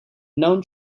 known